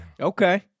okay